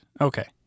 Okay